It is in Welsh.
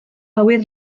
awyr